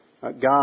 God